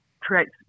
Creates